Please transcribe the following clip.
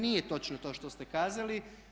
Nije točno to što ste kazali.